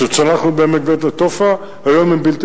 כשצנחנו בעמק בית-נטופה, היום הם בלתי